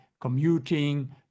commuting